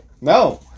no